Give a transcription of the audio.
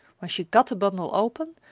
when she got the bundle open,